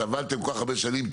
סבלתם כל-כך הרבה שנים,